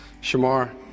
Shamar